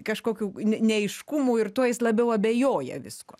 kažkokių ne neaiškumų ir tuo jis labiau abejoja viskuo